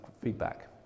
feedback